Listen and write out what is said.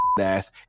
ass